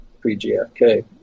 pre-GFK